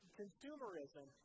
consumerism